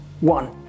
one